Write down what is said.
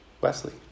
Wesley